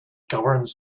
governs